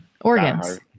organs